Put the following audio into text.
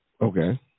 okay